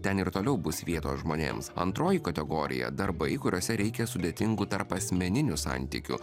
ten ir toliau bus vietos žmonėms antroji kategorija darbai kuriuose reikia sudėtingų tarpasmeninių santykių